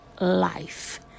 life